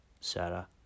Sarah